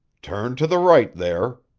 turn to the right there,